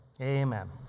Amen